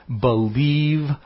believe